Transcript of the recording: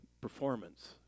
performance